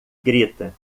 grita